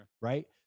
right